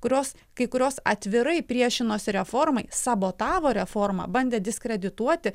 kurios kai kurios atvirai priešinosi reformai sabotavo reformą bandė diskredituoti